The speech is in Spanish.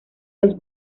los